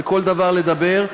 על כל דבר לדבר,